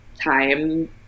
time